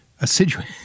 Assiduous